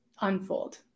unfold